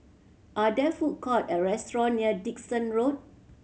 are there food court or restaurant near Dickson Road